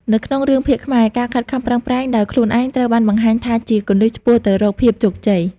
នៅក្នុងរឿងភាគខ្មែរ ការខិតខំ ប្រឹងប្រែងដោយខ្លួនឯងត្រូវបានបង្ហាញថាជាគន្លឹះឆ្ពោះទៅរកភាពជោគជ័យ ។